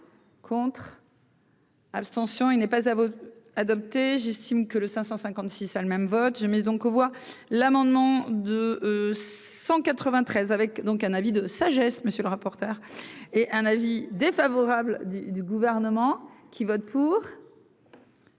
Contre. Abstention : il n'est pas à adopter, j'estime que le 556 le même vote, je mets donc aux voix l'amendement de 193 avec donc un avis de sagesse, monsieur le rapporteur, et un avis défavorable du du gouvernement qui vote pour.